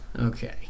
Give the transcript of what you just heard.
Okay